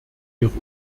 ihre